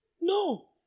No